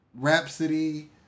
Rhapsody